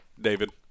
David